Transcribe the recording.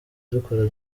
dukora